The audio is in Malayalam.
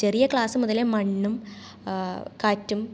ചെറിയ ക്ലാസ് മുതലേ മണ്ണും കാറ്റും